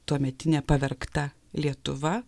tuometinė pavergta lietuva